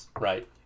Right